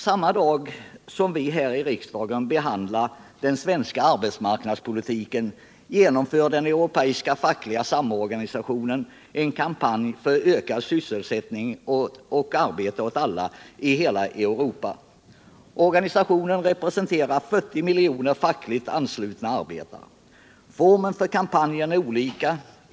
Samma dag som vi här i riksdagen behandlar den svenska arbetsmarknadspolitiken genomför den europeiska fackliga samorganisationen en kampanj för ökad sysselsättning för alla i hela Europa. Organisationen representerar 40 miljoner fackligt anslutna arbetare. Formerna för kampanjen är olika.